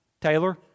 Taylor